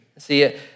See